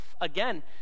Again